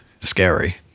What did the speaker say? scary